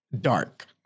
dark